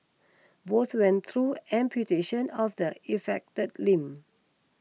both went through amputation of the affected limb